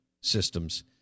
systems